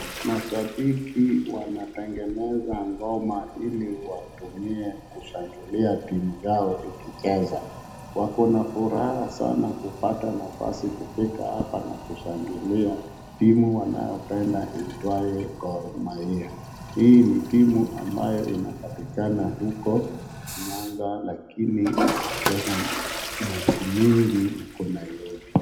Mashabiki wanatengeneza ngoma ili watumie kushangilia timu yao ikicheza. Wakona furaha sana kupata nafasi kufika hapa na kushangilia timu wanayo penda iitwaye goal mahia. Hii ni timu amayo inapatikana huko Nyanza lakini wanacheza na timu mingi huko Nairobi.